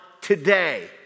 today